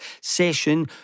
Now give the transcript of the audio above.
session